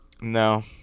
No